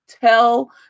Tell